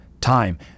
time